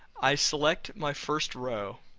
i select my first row,